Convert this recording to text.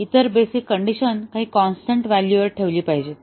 इतर basic condition काही constant व्हॅल्यूवर ठेवली पाहिजे